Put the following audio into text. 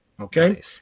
Okay